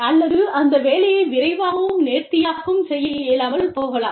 அல்லது அந்த வேலையை விரைவாகவும் நேர்த்தியாகவும் செய்ய இயலாமல் போகலாம்